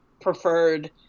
preferred